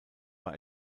war